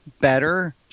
better